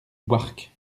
warcq